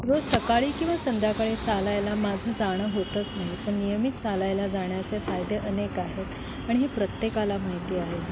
रोज सकाळी किंवा संध्याकाळी चालायला माझं जाणं होतंच नाही पण नियमित चालायला जाण्याचे फायदे अनेक आहेत आणि हे प्रत्येकाला माहिती आहे